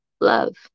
love